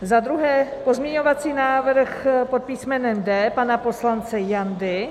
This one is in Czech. Za druhé pozměňovací návrh pod písmenem D pana poslance Jandy.